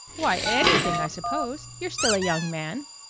why, at anything, i suppose. you're still a young man.